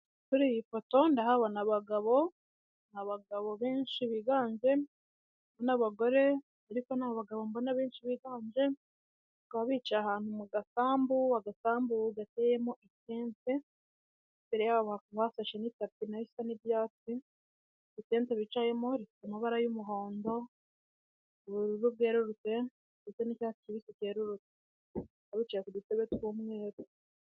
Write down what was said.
Kuri iyi foto ndahabona abagabo, ni abagabo benshi biganje n'abagore ariko ni abagabo mbona benshi biganje bakaba bicaye ahantu mu gasambu, agasambu gateyemo itente imbere yabo hakaba hashashe n'itapi nayo isa n'ibyatsi itente bicayemo ifite amabara y'umuhondo, ubururu bwerurutse ndetse n'icyatsi kibisi kerurutse bakaba bicaye ku dutebe tw'umweru.